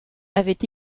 avait